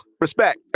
respect